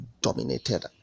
dominated